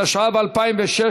(קרנות סל), התשע"ז 2016,